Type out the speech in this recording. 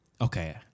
okay